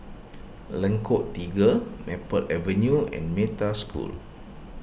Lengkok Tiga Maple Avenue and Metta School